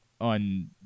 on